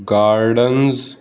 gardens